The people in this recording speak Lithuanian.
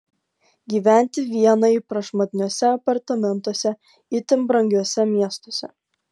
gyventi vienai prašmatniuose apartamentuose itin brangiuose miestuose